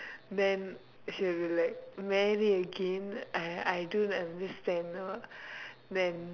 then she'll be like marry again I don't understand then